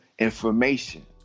information